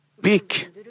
big